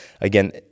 again